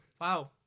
Wow